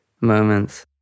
moments